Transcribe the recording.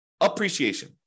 appreciation